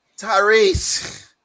Tyrese